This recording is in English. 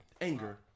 anger